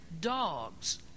dogs